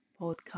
podcast